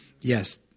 Yes